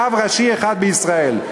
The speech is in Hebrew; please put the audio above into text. רב ראשי אחד בישראל,